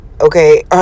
okay